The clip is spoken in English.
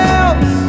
else